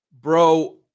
Bro